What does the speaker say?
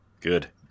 Good